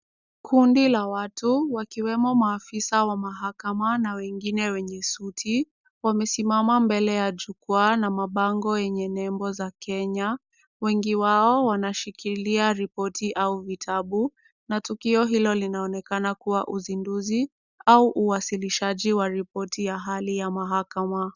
Kundi la watu wakiwemo maafisa wa mahakama na wengine wenye suti wamesimama mbele ya jukwaa na mabango yenye nembo za Kenya. Wengi wao wanashikilia ripoti au vitabu na tukio hilo linaonekana kuwa uzinduzi au uwasilishaji wa ripoti ya hali ya mahakama.